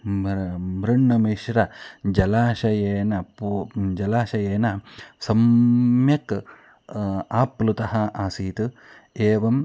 मृ मृण् मिश्र जलाशयेन पू जलाशयेन सम्यक् आप्लुतः आसीत् एवम्